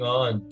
on